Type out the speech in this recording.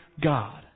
God